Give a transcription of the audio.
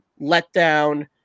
letdown